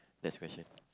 next question